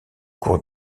cours